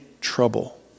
trouble